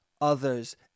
others